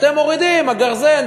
אתם מורידים גרזן,